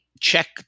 check